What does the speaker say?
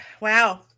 wow